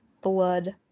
blood